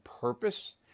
purpose